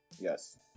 Yes